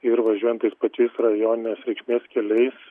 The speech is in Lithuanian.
ir važiuojant tais pačiais rajoninės reikšmės keliais